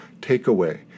takeaway